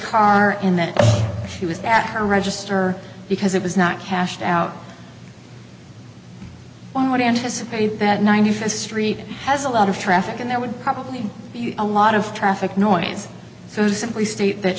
car in that she was at her register because it was not cashed out on what to anticipate that ninety fifth street has a lot of traffic and there would probably be a lot of traffic noise so you simply state that